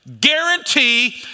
guarantee